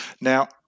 Now